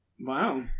wow